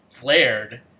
flared